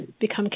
become